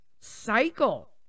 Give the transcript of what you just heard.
cycle